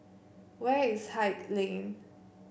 where is Haig Lane